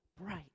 bright